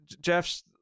Jeff's